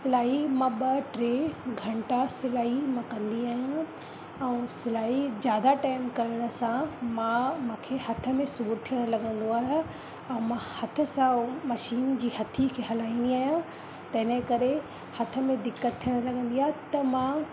सिलाई मां ॿ टे घंटा सिलाई मां कंदी आहियां ऐं सिलाई ज़्यादा टाइम करण सां मां मूंखे हथ में सूरु थियणु लॻंदो आहे ऐं मां हथ सां उहो मशीन जी हथी खे हलाईंदी आहियां त इन करे हथ में दिक़त थियणु लॻंदी आहे त मां